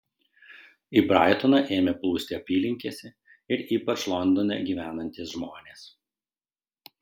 į braitoną ėmė plūsti apylinkėse ir ypač londone gyvenantys žmonės